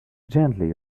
gently